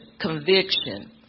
conviction